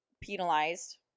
penalized